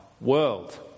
world